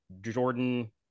Jordan